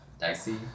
dicey